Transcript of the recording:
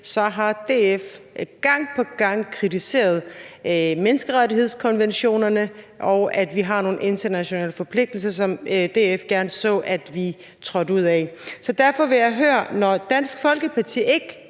så har DF gang på gang kritiseret menneskerettighedskonventionerne, og at vi har nogle internationale forpligtelser, som DF gerne så at vi trådte ud af. Så derfor vil jeg høre: Når Dansk Folkeparti